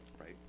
right